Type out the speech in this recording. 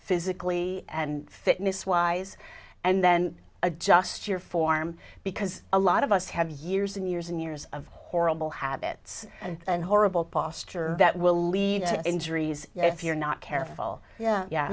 physically and fitness wise and then adjust your form because a lot of us have years and years and years of horrible habits and horrible posture that will lead to injuries if you're not careful yeah yeah